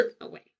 away